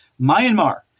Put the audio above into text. Myanmar